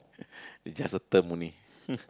it's just a term only